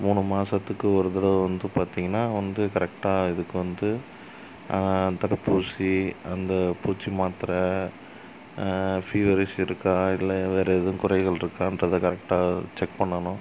மூணு மாதத்துக்கு ஒரு தடவை வந்து பார்த்திங்கனா வந்து கரெக்டாக இதுக்கு வந்து தடுப்பூசி அந்த பூச்சி மாத்தரை ஃபீவரிஷ் இருக்கா இல்லையா வேறு எதுவும் குறைகள் இருக்கான்றதை கரெக்டாக செக் பண்ணணும்